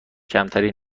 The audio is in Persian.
کمتری